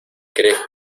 crees